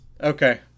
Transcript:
Okay